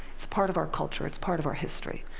it's part of our culture, it's part of our history.